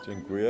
Dziękuję.